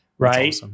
Right